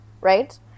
right